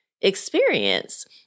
experience